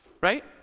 right